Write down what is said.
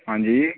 अंजी